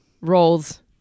Rolls